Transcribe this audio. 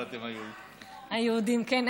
היהודים, כן.